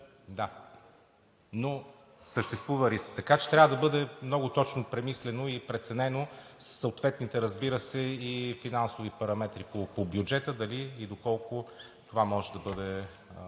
Да, но съществува риск и трябва да бъде много точно премислено и преценено със съответните, разбира се, и финансови параметри по бюджета – дали и доколко това може да бъде